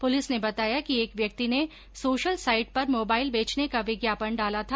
police ने बताया कि एक व्यक्ति ने सोशल साइट पर मोबाइल बेचने का विज्ञापन डाला था